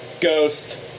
Ghost